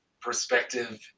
perspective